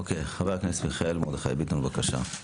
אוקי, חבר הכנסת מיכאל מרדכי ביטון בבקשה.